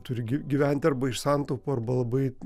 turi gi gyventi arba iš santaupų arba labai